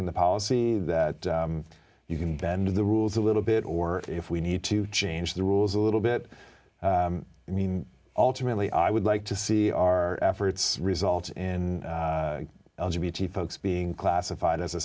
in the policy that you can bend the rules a little bit or if we need to change the rules a little bit i mean ultimately i would like to see our efforts result in folks being classified as a